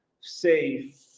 safe